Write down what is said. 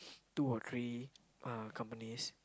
two or three uh companies